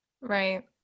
Right